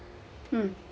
mm